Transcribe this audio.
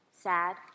sad